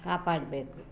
ಕಾಪಾಡಬೇಕು